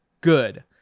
good